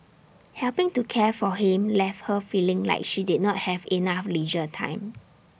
helping to care for him left her feeling like she did not have enough leisure time